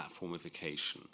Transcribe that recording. platformification